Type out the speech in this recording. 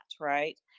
Right